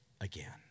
again